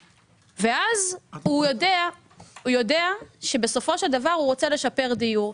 ואז הם יודעים שבסופו של דבר הם רוצים לשפר דיור.